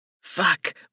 Fuck